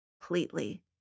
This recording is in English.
completely